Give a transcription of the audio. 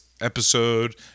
episode